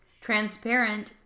transparent